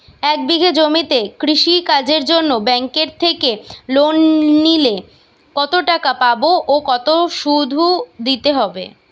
এক বিঘে জমিতে কৃষি কাজের জন্য ব্যাঙ্কের থেকে লোন নিলে কত টাকা পাবো ও কত শুধু দিতে হবে?